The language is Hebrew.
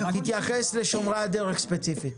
תתייחס לשומרי הדרך ספציפית.